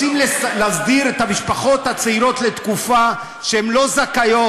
רוצים להסדיר את המשפחות הצעירות לתקופה שהן לא זכאיות,